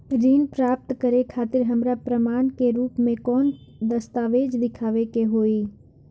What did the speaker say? ऋण प्राप्त करे खातिर हमरा प्रमाण के रूप में कौन दस्तावेज़ दिखावे के होई?